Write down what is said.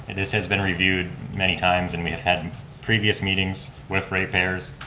this has been reviewed many times, and we've had previous meetings with repairs,